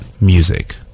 music